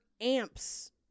amps